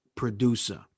Producer